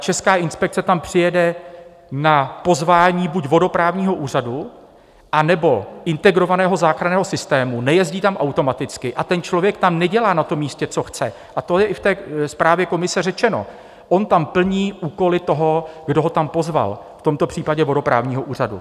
Česká inspekce tam přijede na pozvání buď vodoprávního úřadu, anebo Integrovaného záchranného systému, nejezdí tam automaticky, a ten člověk tam nedělá na tom místě, co chce, a to je i v té zprávě komise řečeno on tam plní úkoly toho, kdo ho tam pozval, v tomto případě vodoprávního úřadu.